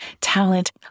talent